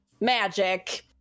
Magic